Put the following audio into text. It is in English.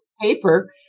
paper